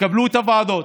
תקבלו את הוועדות,